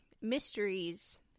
mysteries